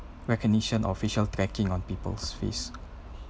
recognition official tracking on people's face